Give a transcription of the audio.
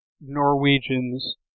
Norwegians